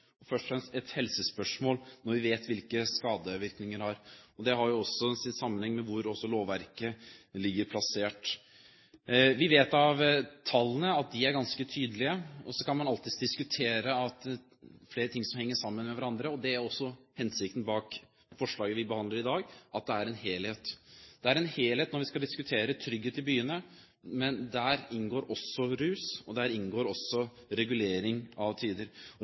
først og fremst et helsespørsmål, når vi vet hvilke skadevirkninger det har. Det har også sammenheng med hvor i lovverket det ligger plassert. Vi vet at tallene er ganske tydelige. Så kan man alltids diskutere at flere ting henger sammen med hverandre. Det er også hensikten bak forslaget vi behandler i dag, at det er en helhet. Det er en helhet når vi skal diskutere trygghet i byene, men der inngår også rus, og der inngår også regulering av